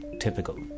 typical